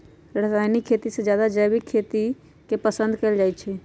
रासायनिक खेती से जादे जैविक खेती करे के पसंद कएल जाई छई